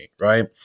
right